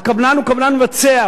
הקבלן הוא קבלן מבצע,